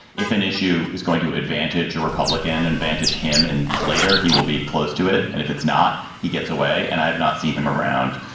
if an issue is going to advantage a republican, advantage him and later he will be close to it. and if it's not, he gets away. and i have not seen him around.